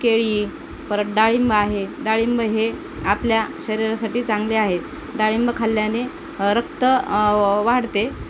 केळी परत डाळिंब आहे डाळिंब हे आपल्या शरीरासाठी चांगले आहेत डाळिंब खाल्ल्याने रक्त वाढते